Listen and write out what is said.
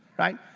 right?